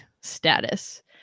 status